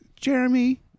Jeremy